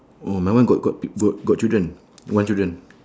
mm my one got got p~ got got children one children